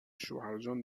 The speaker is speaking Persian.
شوهرجان